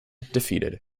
defeated